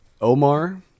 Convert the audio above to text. Omar